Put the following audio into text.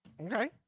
Okay